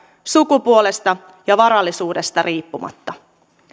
sukupuolesta ja varallisuudesta riippumatta